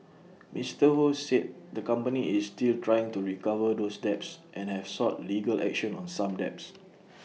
Mister ho said the company is still trying to recover those debts and have sought legal action on some debts